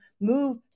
move